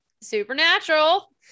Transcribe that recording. Supernatural